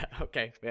okay